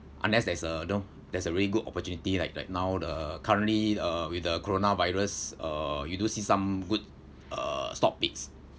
unless there's a you know there's a really good opportunity like like now the currently uh with uh coronavirus uh you do see some good uh stock picks